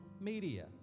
media